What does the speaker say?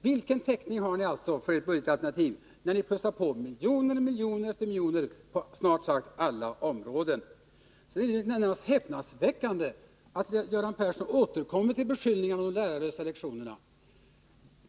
Vilken täckning har ni för ert budgetalternativ, när ni pressar på med miljoner efter miljoner på snart sagt alla områden? Det är närmast häpnadsväckande att Göran Persson återkommer med beskyllningarna beträffande de lärarlösa lektionerna.